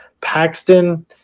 paxton